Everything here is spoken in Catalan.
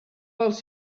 pels